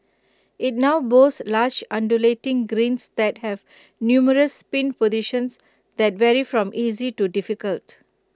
IT now boasts large undulating greens that have numerous pin positions that vary from easy to difficult